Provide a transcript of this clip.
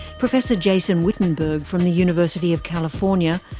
professor jason wittenberg from the university of california,